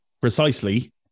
precisely